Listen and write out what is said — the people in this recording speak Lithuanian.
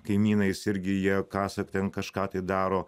kaimynais irgi jie kasa ten kažką tai daro